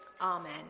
Amen